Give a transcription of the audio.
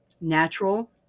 natural